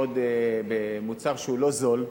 מדובר במוצר שהוא לא זול,